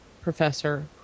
professor